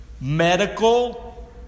medical